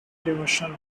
devotional